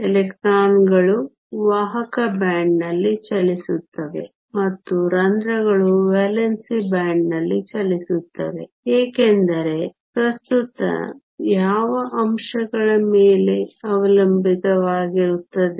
ಎಲೆಕ್ಟ್ರಾನ್ಗಳು ವಾಹಕ ಬ್ಯಾಂಡ್ನಲ್ಲಿ ಚಲಿಸುತ್ತವೆ ಮತ್ತು ರಂಧ್ರಗಳು ವೇಲೆನ್ಸಿ ಬ್ಯಾಂಡ್ನಲ್ಲಿ ಚಲಿಸುತ್ತವೆ ಏಕೆಂದರೆ ಪ್ರಸ್ತುತ ಯಾವ ಅಂಶಗಳ ಮೇಲೆ ಅವಲಂಬಿತವಾಗಿರುತ್ತದೆ